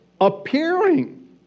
appearing